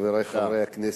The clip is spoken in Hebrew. חברי חברי הכנסת,